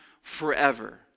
forever